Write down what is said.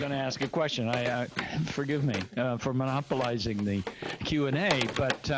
and ask a question i ah forgive me for monopolizing the q and a but